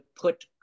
put